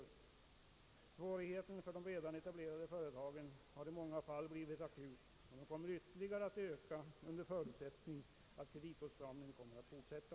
Svårigheterna för de redan etablerade företagen har i många fall blivit akuta och de kommer ytterligare att öka under förutsättning att kreditåtstramningen kommer att fortsätta.